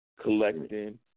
collecting